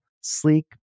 sleek